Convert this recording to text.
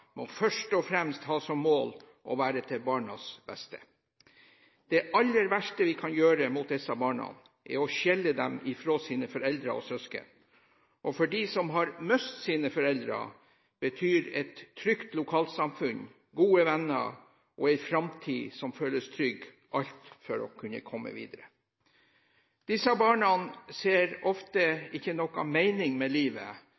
må ha som mål å være til barnas beste. Det aller verste vi kan gjøre mot disse barna, er å skille dem fra sine foreldre og søsken. For dem som har mistet sine foreldre, betyr et trygt lokalsamfunn, gode venner og en framtid som føles trygg, alt for å kunne komme videre. Disse barna ser ofte ikke noen mening med livet